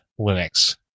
Linux